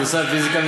הנדסה ופיזיקה,